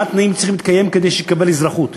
מה התנאים שצריכים להתקיים כדי שיקבל אזרחות.